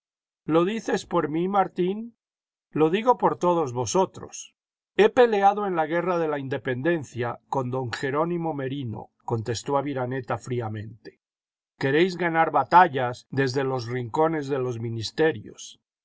lo dices por mí martín lo digo por todos vosotros he peleado en la guerra de la independencia con don jerónimo merino contestó aviraneta fríamente queréis ganar batallas desde los rincones de los muiisterios